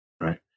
right